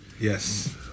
Yes